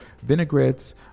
vinaigrettes